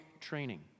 training